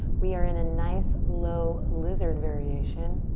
we are in a nice low lizard variation.